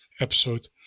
episode